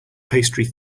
pastry